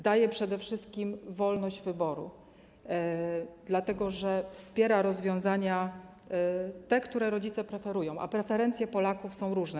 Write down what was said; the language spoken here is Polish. Daje przede wszystkim wolność wyboru, dlatego że wspiera te rozwiązania, które rodzice preferują, a preferencje Polaków są różne.